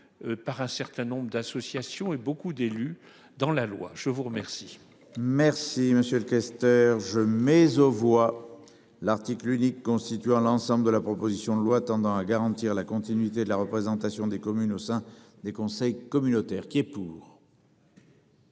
par un certain nombre d'associations et beaucoup d'élus dans la loi, je vous remercie. Merci monsieur le questeur jeu mais aux voix l'article unique constituant l'ensemble de la proposition de loi tendant à garantir la continuité de la représentation des communes au sein des conseils communautaires qui est pour.